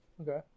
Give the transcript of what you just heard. Okay